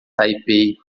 taipei